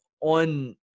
on